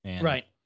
Right